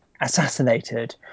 assassinated